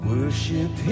Worship